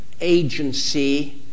agency